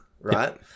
right